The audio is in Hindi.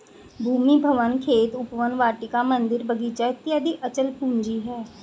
भूमि, भवन, खेत, उपवन, वाटिका, मन्दिर, बगीचा इत्यादि अचल पूंजी है